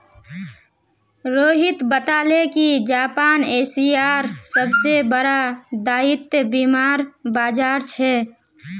रोहित बताले कि जापान एशियार सबसे बड़ा दायित्व बीमार बाजार छे